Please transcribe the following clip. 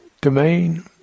domain